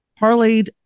Parlayed